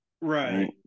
Right